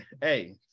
hey